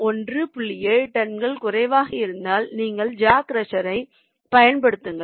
7 டன்க்கும் குறைவாக இருந்தால் நீங்கள் ஜா க்ரஷர்யைப் பயன்படுத்துங்கள்